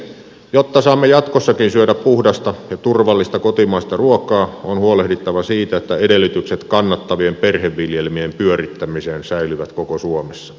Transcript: jotta saamme jatkossakin syödä puhdasta ja turvallista kotimaista ruokaa on huolehdittava siitä että edellytykset kannattavien perheviljelmien pyörittämiseen säilyvät koko suomessa